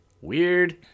Weird